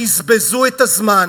בזבזו את הזמן.